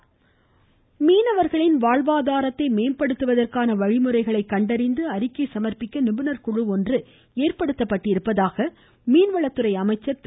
சட்டப்பேரவை ஜெயக்குமார் மீனவர்களின் வாழ்வாதாரத்தை மேம்படுத்துவத்றகான வழிமுறைகளை கண்டறிந்து அறிக்கை சமா்ப்பிக்க நிபுணா் குழு ஒன்றை ஏற்படுத்தப்பட்டிருப்பதாக மீன்வளத்துறை அமைச்சர் திரு